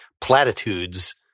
platitudes